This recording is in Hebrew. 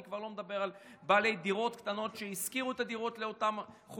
אני כבר לא מדבר על בעלי דירות קטנות שהשכירו את הדירות לאותם חולים.